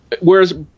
Whereas